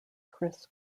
chris